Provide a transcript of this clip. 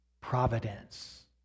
providence